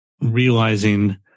realizing